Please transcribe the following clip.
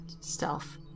stealth